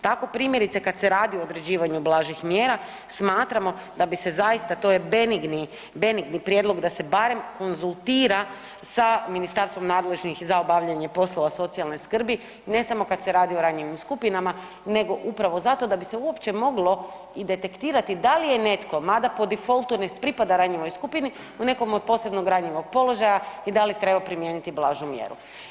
Tako primjerice kada se radi o određivanju blažih mjera smatramo da bi se zaista, to je benigni, benigni prijedlog da se barem konzultira sa ministarstvom nadležnim za obavljanje poslova socijalne skrbi, ne samo kad se radi o ranjivim skupinama nego upravo zato da bi se uopće moglo i detektirati da li je netko, mada po defaultu ne pripada ranjivoj skupini u nekom od posebno ranjivog položaja i da li treba primijeniti blažu mjeru.